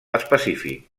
específic